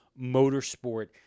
motorsport